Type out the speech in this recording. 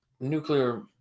nuclear